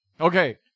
Okay